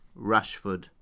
Rashford